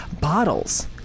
bottles